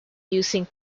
using